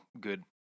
good